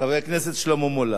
חבר הכנסת שלמה מולה.